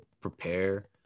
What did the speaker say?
prepare